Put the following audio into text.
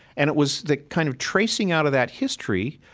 and it was the kind of tracing out of that history,